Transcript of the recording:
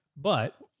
but,